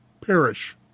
perish